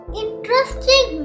interesting